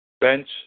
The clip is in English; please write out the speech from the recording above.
Bench